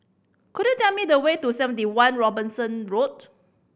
could you tell me the way to Seventy One Robinson Road